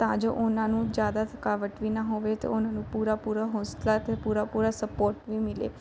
ਤਾਂ ਜੋ ਉਹਨਾਂ ਨੂੰ ਜ਼ਿਆਦਾ ਥਕਾਵਟ ਵੀ ਨਾ ਹੋਵੇ ਅਤੇ ਉਹਨਾਂ ਨੂੰ ਪੂਰਾ ਪੂਰਾ ਹੌਸਲਾ ਅਤੇ ਪੂਰਾ ਪੂਰਾ ਸਪੋਰਟ ਵੀ ਮਿਲੇ